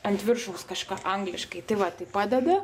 ant viršaus kažką angliškai tai va tai padeda